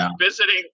visiting